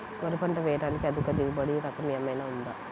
వరి పంట వేయటానికి అధిక దిగుబడి రకం ఏమయినా ఉందా?